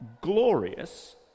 glorious